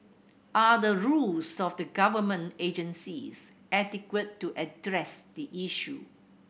are the rules of the government agencies adequate to address the issue